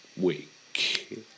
week